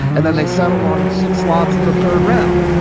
and then they settle on six slots in the third round.